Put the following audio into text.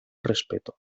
respeto